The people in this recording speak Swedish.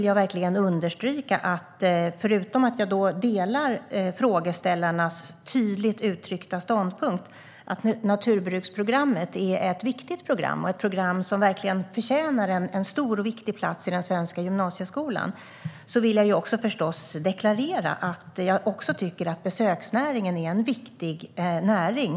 Jag delar frågeställarnas tydligt utryckta ståndpunkt att naturbruksprogrammet är ett viktigt program som verkligen förtjänar sin plats i den svenska gymnasieskolan. Låt mig också deklarera att besöksnäringen är en viktig näring.